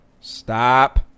Stop